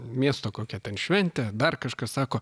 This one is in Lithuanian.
miesto kokia ten šventė dar kažkas sako